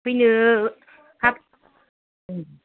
फैनो हाब